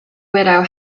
widow